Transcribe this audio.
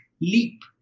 leap